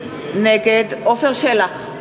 נגד עפר שלח,